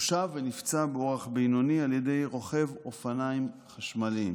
תושב ונפצע באורח בינוני על ידי רוכב אופניים חשמליים,